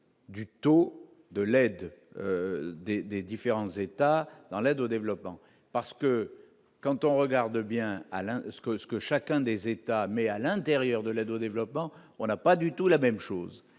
Du taux de l'aide des des différents États dans l'aide au développement, parce que quand on regarde bien, Alain ce que ce que chacun des États, mais à l'intérieur de l'aide au développement, on n'a pas du tout la même chose,